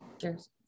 Cheers